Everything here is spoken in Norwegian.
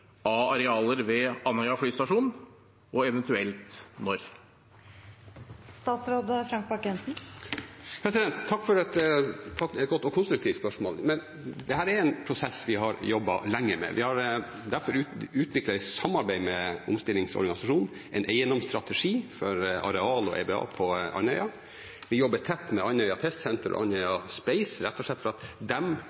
av arealer ved Andøya flystasjon – og eventuelt når? Takk for et godt og konstruktivt spørsmål. Dette er en prosess vi har jobbet lenge med. Vi har derfor, i samarbeid med omstillingsorganisasjonen, utviklet en eiendomsstrategi for areal og, eiendom, bygg og anlegg, på Andøya. Vi jobber tett med Andøya Test Center og Andøya